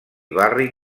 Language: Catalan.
barri